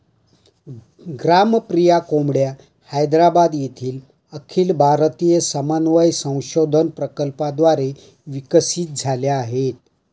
ग्रामप्रिया कोंबड्या हैदराबाद येथील अखिल भारतीय समन्वय संशोधन प्रकल्पाद्वारे विकसित झाल्या आहेत